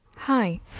Hi